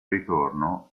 ritorno